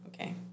Okay